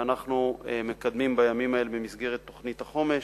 שאנחנו מקדמים בימים האלה במסגרת תוכנית החומש,